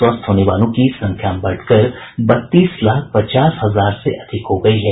स्वस्थ होने वालों की संख्या बढ़कर बत्तीस लाख पचास हजार से अधिक हो गयी है